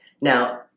Now